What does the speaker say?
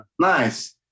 Nice